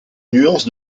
nuances